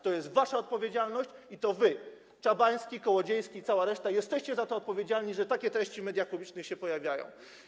To jest wasza odpowiedzialność i to wy, Czabański, Kołodziejski i cała reszta, jesteście odpowiedzialni za to, że takie treści w mediach publicznych się pojawiają.